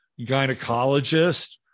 gynecologist